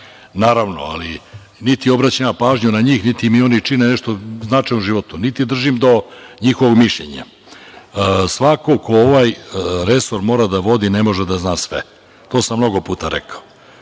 Naravno, ali niti obraćam ja pažnju na njih, niti mi oni čine nešto značajno u životu, niti držim do njihovog mišljenja. Svako ko ovaj resor vodi ne može da zna sve, to sam mnogo puta rekao.